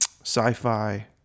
sci-fi